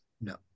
no